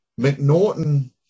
McNaughton